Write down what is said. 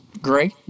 great